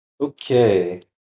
Okay